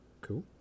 Cool